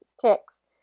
ticks